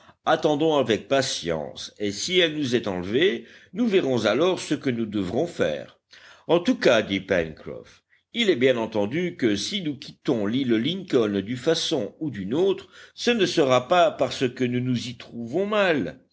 attendons avec patience et si elle nous est enlevée nous verrons alors ce que nous devrons faire en tout cas dit pencroff il est bien entendu que si nous quittons l'île lincoln d'une façon ou d'une autre ce ne sera pas parce que nous nous y trouvons mal